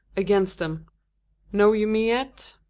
against em know you me yet?